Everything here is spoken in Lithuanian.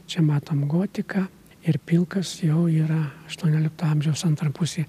čia matom gotiką ir pilkas jau yra aštuoniolikto amžiaus antroj pusėj